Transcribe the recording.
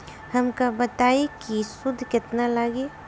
हमका बताई कि सूद केतना लागी?